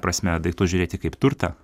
prasme daiktu žiūrėti kaip turtą